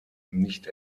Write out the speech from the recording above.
nicht